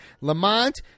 Lamont